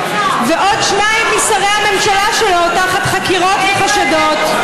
ועוד שניים משרי הממשלה שלו תחת חקירות וחשדות.